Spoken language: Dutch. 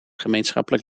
gemeenschappelijk